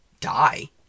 die